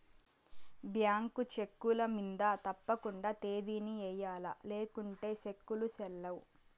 bank చెక్కుల మింద తప్పకండా తేదీని ఎయ్యల్ల లేకుంటే సెక్కులు సెల్లవ్